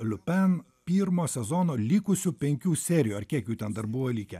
liupen pirmo sezono likusių penkių serijų ar kiek jų ten dar buvo likę